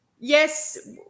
Yes